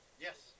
Yes